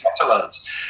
Catalans